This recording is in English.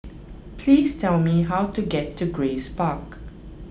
please tell me how to get to Grace Park